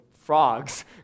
frogs